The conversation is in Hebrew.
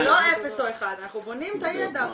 זה לא 0 או 1. אנחנו בונים את הידע.